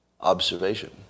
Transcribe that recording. observation